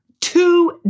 two